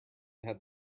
had